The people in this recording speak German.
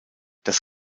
das